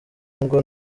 ngo